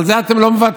על זה אתם לא מוותרים.